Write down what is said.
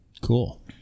Cool